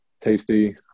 tasty